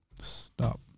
Stop